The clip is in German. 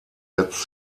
setzt